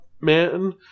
Man